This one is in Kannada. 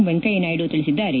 ವೆಂಕಯ್ಯನಾಯ್ಡು ತಿಳಿಸಿದ್ದಾರೆ